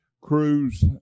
Cruz